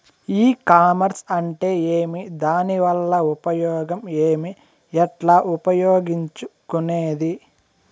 ఈ కామర్స్ అంటే ఏమి దానివల్ల ఉపయోగం ఏమి, ఎట్లా ఉపయోగించుకునేది?